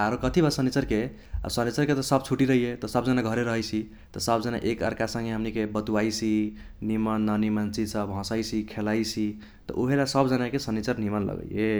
आरो कथी बा सनीचरके आब सनीचरके त सब छूटी रहैये त सब जाना घरे रहैसि त सब जाना एक अर्का संगे हमनीके बतूवाइसी निमन न निमन चिज सब हसैसी खेलैसि त उहेला सब जानाके सनीचर निमन लगैये